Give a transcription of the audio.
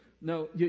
No